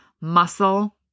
muscle